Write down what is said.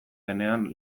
denean